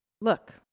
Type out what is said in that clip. look